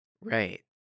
Right